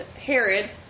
Herod